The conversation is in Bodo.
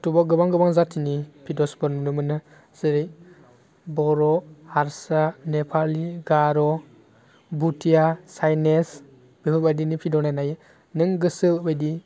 इटुबाव गोबां गोबां जातिनि भिडिअसफोर नुनो मोनो जेरै बर' हारसा नेपाली गार' भुटीया चाइनेस बेफोर बायदिनि भिडिअ नायनो हायो नों गोसो बायदि